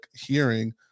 hearing